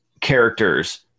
characters